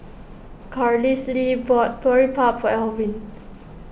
Carlisle bought Boribap for Alwin